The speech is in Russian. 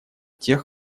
тех